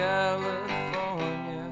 California